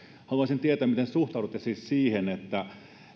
haluaisin tietää miten suhtaudutte siihen että